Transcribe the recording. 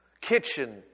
Kitchen